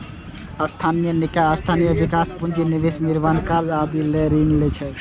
स्थानीय निकाय स्थानीय विकास, पूंजी निवेश, निर्माण कार्य आदि लए ऋण लै छै